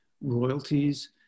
royalties